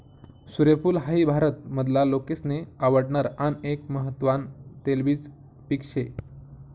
सूर्यफूल हाई भारत मधला लोकेसले आवडणार आन एक महत्वान तेलबिज पिक से